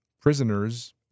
Prisoners